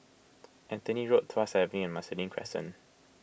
Anthony Road Tuas Avenue and Marsiling Crescent